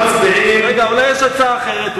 אז אנחנו מצביעים, רגע, אבל אולי יש הצעה אחרת?